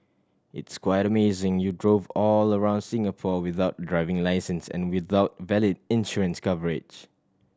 it's quite amazing you drove all around Singapore without driving licence and without valid insurance coverage